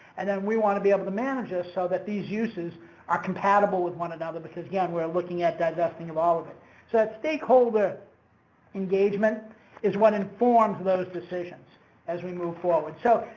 and then we want to be able to manage it so that these uses are compatible with one another because again, we're looking at divesting of all of it. so, that's stakeholder engagement is what informs those decisions as we move forward. so,